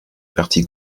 parti